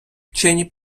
вчені